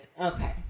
Okay